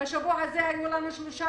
בשבוע שעבר היו שלושה